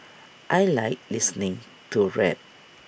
I Like listening to rap